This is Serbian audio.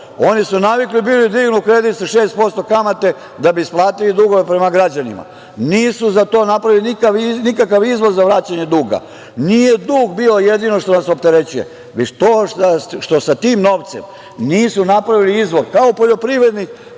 to. Oni su navikli bili da dignu kredit sa 6% kamate da bi isplatili dugove prema građanima. Nisu napravili nikakav izvoz za vraćanje duga. Nije dug bio jedino što nas opterećuje, već to što sa tim novcem nisu napravili izvoz, kao poljoprivrednik